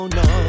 no